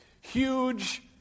huge